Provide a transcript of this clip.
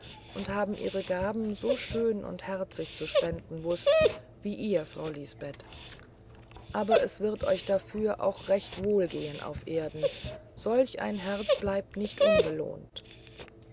und ihre gaben so schön und herzig zu spenden wußten wie ihr frau lisbeth aber es wird euch dafür auch recht wohl gehen auf erden solch ein herz bleibt nicht unbelohnt